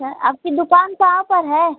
अच्छा आपकी दुकान कहाँ पर है